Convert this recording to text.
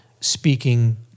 speaking